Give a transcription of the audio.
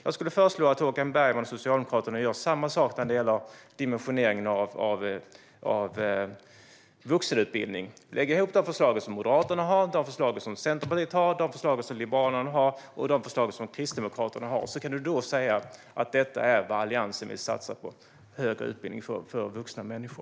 Jag skulle föreslå att Håkan Bergman och Socialdemokraterna gör samma sak när det gäller dimensionering av vuxenutbildning. Lägg ihop de förslag som Moderaterna har, som Centerpartiet har, som Liberalerna har och som Kristdemokraterna har. Då kan du säga: Detta är vad Alliansen vill satsa på högre utbildning för vuxna människor.